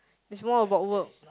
is more about work